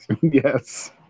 Yes